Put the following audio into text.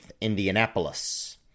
Indianapolis